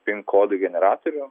pin kodų generatorių